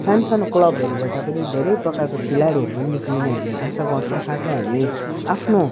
सानसानो क्लबहरूबाट पनि धेरै प्रकारको खेलाडीहरू पनि निस्किने हामी आशा गर्छौँ साथै हामी आफ्नो